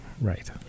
Right